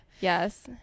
Yes